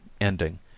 ending